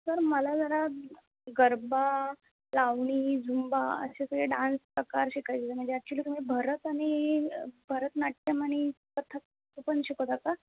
sir मला जरा garba lavani zumba असे सगळे डांस प्रकार शिकायचे आहे म्हणजे ॲक्चुअली तुम्ही भरत आणि भरतनाट्यम आणि कथ्थक पण शिकवता का